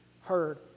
heard